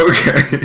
Okay